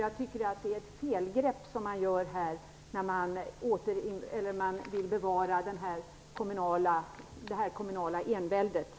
Jag tycker att det är ett felgrepp att bevara det kommunala enväldet på detta område.